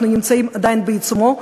אנחנו נמצאים עדיין בעיצומו,